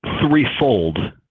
threefold